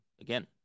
again –